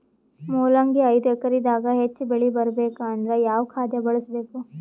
ಮೊಲಂಗಿ ಐದು ಎಕರೆ ದಾಗ ಹೆಚ್ಚ ಬೆಳಿ ಬರಬೇಕು ಅಂದರ ಯಾವ ಖಾದ್ಯ ಬಳಸಬೇಕು?